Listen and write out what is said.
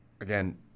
again